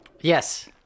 Yes